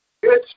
good